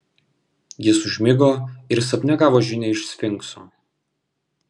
jis užmigo ir sapne gavo žinią iš sfinkso